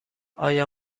آیا